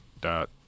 dot